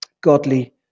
godly